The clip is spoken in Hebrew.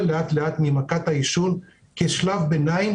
לאט לאט ממכת העישון בקרב המבוגרים,